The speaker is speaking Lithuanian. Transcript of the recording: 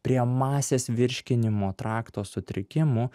prie masės virškinimo trakto sutrikimų